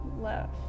left